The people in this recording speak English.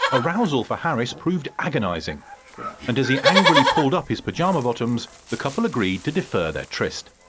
arousal for harris proved agonizing and as he angrily pulled up his pyjama bottoms, the couple agreed to defer their tryst.